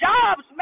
Jobs